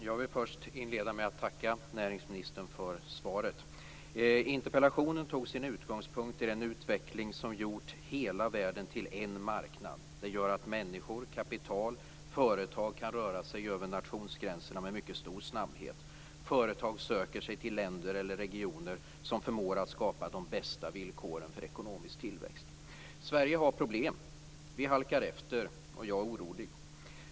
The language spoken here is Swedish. Fru talman! Jag vill inleda med att tacka näringsministern för svaret. Interpellationen tog sin utgångspunkt i den utveckling som gjort hela världen till en marknad. Det gör att människor, kapital och företag kan röra sig över nationsgränserna med mycket stor snabbhet. Företag söker sig till länder eller regioner som förmår att skapa de bästa villkoren för ekonomisk tillväxt. Sverige har problem. Vi halkar efter, och jag är orolig.